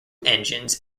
engines